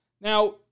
Now